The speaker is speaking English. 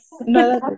No